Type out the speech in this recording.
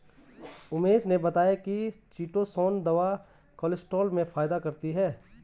उमेश ने बताया कि चीटोसोंन दवा कोलेस्ट्रॉल में फायदा करती है